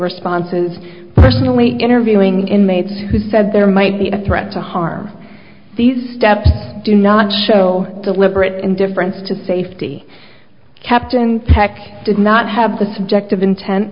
responses personally interviewing inmates who said there might be a threat to harm these steps do not show the liberates indifference to safety captain tech did not have the subject of inten